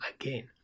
again